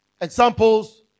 examples